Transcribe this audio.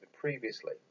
previously